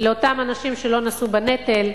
לאותם אנשים שלא נשאו בנטל,